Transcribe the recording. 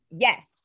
Yes